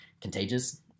contagious